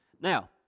Now